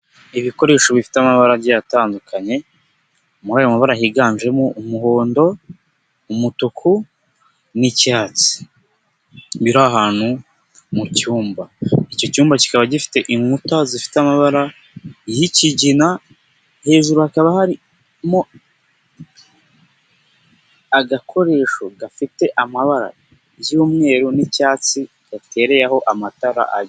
Ibikoresho bifite amabara agiye atandukanye, muri ayo mabara higanjemo umuhondo, umutuku n'icyatsi, biri ahantu mu cyumba, icyo cyumba kikaba gifite inkuta zifite amabara y'ikigina, hejuru hakaba harimo agakoresho gafite amabara y'umweru n'icyatsi, gatereyeho amatara abiri.